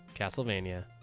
Castlevania